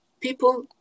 people